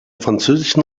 französischen